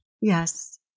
Yes